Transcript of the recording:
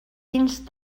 quins